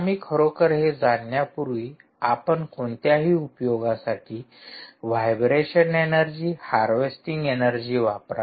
आम्ही खरोखर हे जाणण्यापूर्वी आपण कोणत्याही उपयोगासाठी व्हायब्रेशन ऐनर्जी हार्वेस्टिंग ऐनर्जी वापरा